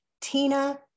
Tina